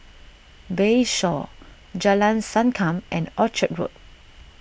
Bayshore Jalan Sankam and Orchard Road